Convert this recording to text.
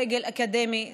סגל אקדמי זוטר.